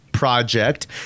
project